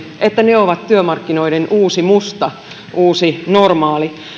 että ne ovat työmarkkinoiden uusi musta uusi normaali